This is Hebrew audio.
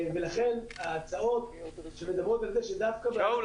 ולכן ההצעות שמדברות על זה שדווקא- -- שאול,